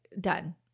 done